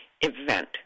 event